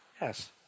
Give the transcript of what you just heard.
Yes